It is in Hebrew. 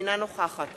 אינה נוכחת